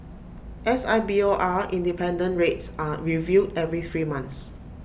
S I B O R independent rates are reviewed every three months